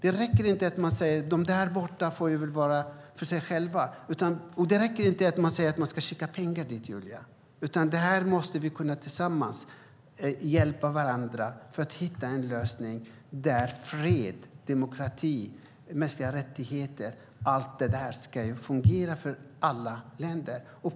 Det räcker inte att säga: De där borta får väl vara för sig själva. Det räcker inte heller att säga att man ska skicka dit pengar, Julia. Här måste vi tillsammans kunna hjälpa varandra för att hitta en lösning för fred, demokrati och mänskliga rättigheter - allt detta ska ju fungera för alla länder.